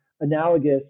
analogous